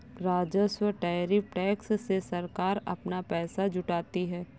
राजस्व tariff tax से सरकार अपना पैसा जुटाती है